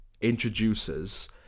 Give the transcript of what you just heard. introduces